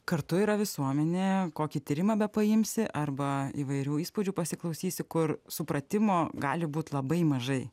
kartu yra visuomenė kokį tyrimą bepaimsi arba įvairių įspūdžių pasiklausysi kur supratimo gali būt labai mažai